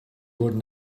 would